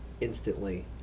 instantly